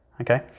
okay